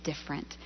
different